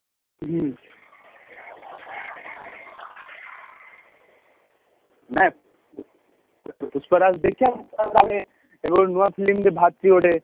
ହୁଁ ନାଇଁ ପୁଷ୍ପାରାଜ୍ ଦେଖିବା ତା ବାଦେ ଏବେ ଗୋଟେ ନୂଆ ଫିଲ୍ମଟେ ବାହାରିଛି ଗୋଟେ